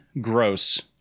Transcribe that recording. gross